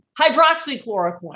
hydroxychloroquine